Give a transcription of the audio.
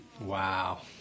Wow